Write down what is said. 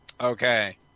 Okay